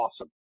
awesome